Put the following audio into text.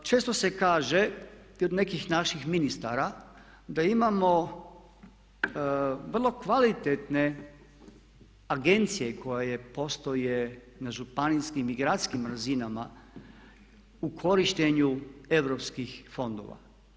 Često se kaže i od nekih naših ministara da imao vrlo kvalitetne agencije koje postoje na županijskim i gradskim razinama u korištenju europskih fondova.